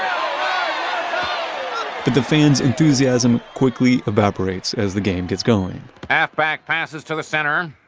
um but the fans' enthusiasm quickly evaporates as the game gets going halfback passes to the center,